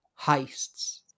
heists